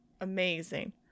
amazing